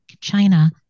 China